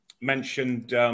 mentioned